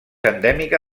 endèmica